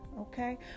okay